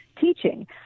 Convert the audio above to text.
teaching